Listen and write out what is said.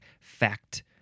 fact